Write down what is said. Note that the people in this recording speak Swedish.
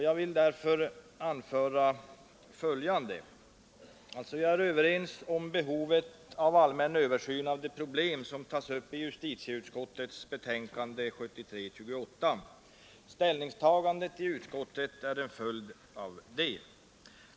Jag vill därför anföra följande. Jag är överens med justitieutskottet om behovet av en allmän översyn av de problem som tas upp i utskottets betänkande nr 28. Mitt ställningstagande i utskottet är en följd därav.